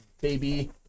baby